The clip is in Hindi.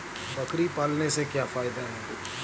बकरी पालने से क्या फायदा है?